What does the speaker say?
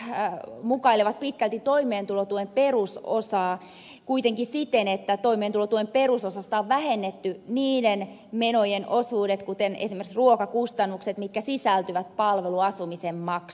nämä vapaaehtoiset käyttövarat mukailevat pitkälti toimeentulotuen perusosaa kuitenkin siten että toimeentulotuen perusosasta on vähennetty niiden menojen osuudet kuten esimerkiksi ruokakustannukset mitkä sisältyvät palveluasumisen maksuun